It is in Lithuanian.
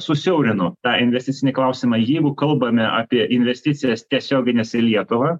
susiaurinu tą investicinį klausimą jeigu kalbame apie investicijas tiesiogines į lietuvą